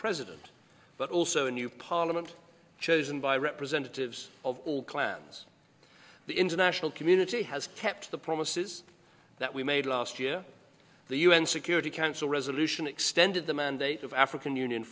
president but also a new parliament chosen by representatives of all clans the international community has kept the promises that we made last year the un security council resolution extended the mandate of african union